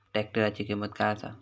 ट्रॅक्टराची किंमत काय आसा?